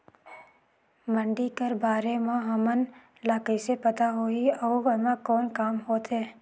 मंडी कर बारे म हमन ला कइसे पता होही अउ एमा कौन काम होथे?